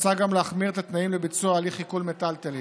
מוצע גם להחמיר את התנאים לביצוע הליך עיקול מיטלטלין.